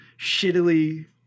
shittily